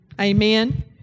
Amen